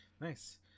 Nice